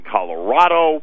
Colorado